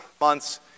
months